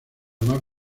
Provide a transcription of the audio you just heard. más